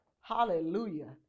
Hallelujah